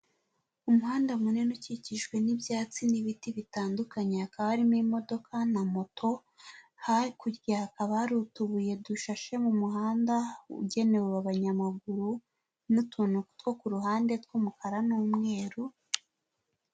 Umuhanda munini ukikijwe n'ibyatsi n'ibiti bitandukanye, hakaba harimo imodoka na moto, hakurya hakaba hari utubuye dushashe mu muhanda ugenewe abanyamaguru n'utuntu two ku ruhande tw'umukara n'umweru.